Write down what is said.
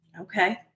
Okay